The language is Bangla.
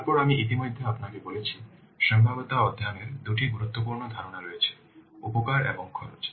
তারপরে আমি ইতিমধ্যে আপনাকে বলেছি সম্ভাব্যতা অধ্যয়ন এর দুটি গুরুত্বপূর্ণ ধারণা রয়েছে উপকার এবং খরচ